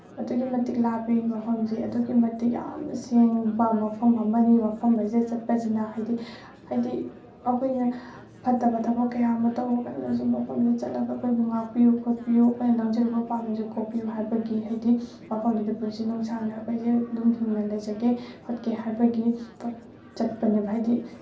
ꯑꯗꯨꯛꯀꯤ ꯃꯇꯤꯛ ꯂꯥꯞꯄꯤ ꯃꯐꯝꯁꯦ ꯑꯗꯨꯛꯀꯤ ꯃꯇꯤꯛ ꯌꯥꯝꯅ ꯁꯦꯡꯕ ꯃꯐꯝ ꯑꯃꯅꯤ ꯃꯐꯝ ꯑꯁꯤꯗ ꯆꯠꯄꯁꯤꯅ ꯍꯥꯏꯗꯤ ꯍꯥꯏꯗꯤ ꯑꯩꯈꯣꯏꯅ ꯐꯠꯇꯕ ꯊꯕꯛ ꯀꯌꯥ ꯑꯃ ꯇꯧꯔꯒ ꯂꯩꯔꯁꯨ ꯃꯐꯝꯗꯨꯗ ꯆꯠꯂꯒ ꯑꯩꯈꯣꯏꯕꯨ ꯉꯥꯛꯄꯤꯌꯨ ꯈꯣꯠꯄꯤꯌꯨ ꯑꯩꯈꯣꯏꯅ ꯂꯪꯖꯔꯨꯕ ꯄꯥꯞꯈꯩꯁꯦ ꯀꯣꯛꯄꯤꯌꯨ ꯍꯥꯏꯕꯒꯤ ꯍꯥꯏꯗꯤ ꯃꯐꯝꯗꯨꯗ ꯄꯨꯟꯁꯤ ꯅꯨꯡꯁꯥꯡꯅ ꯑꯩꯈꯣꯏꯁꯦ ꯑꯗꯨꯝ ꯍꯤꯡꯅ ꯂꯩꯖꯒꯦ ꯈꯣꯠꯀꯦ ꯍꯥꯏꯕꯒꯤ ꯆꯠꯄꯅꯦꯕ ꯍꯥꯏꯗꯤ